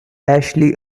ashley